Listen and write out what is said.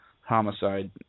homicide